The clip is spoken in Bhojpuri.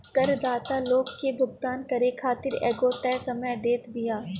करदाता लोग के भुगतान करे खातिर एगो तय समय देत बिया